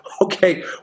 okay